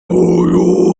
boy